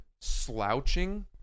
slouching